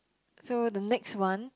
so the next one